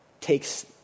takes